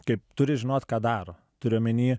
kaip turi žinot ką daro turiu omeny